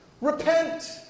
repent